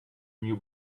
new